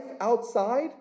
outside